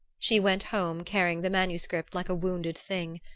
she went home carrying the manuscript like a wounded thing.